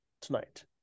tonight